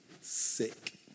sick